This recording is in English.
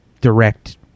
direct